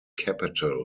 capitol